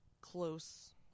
close